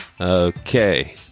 okay